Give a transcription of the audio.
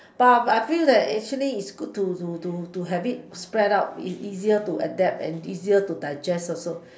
but I feel that actually is good to to to to to have it spread out is easier to adapt and is easier to digest also